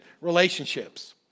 relationships